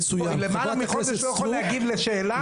למעלה מחודש אתה לא יכול להגיב לשאלה?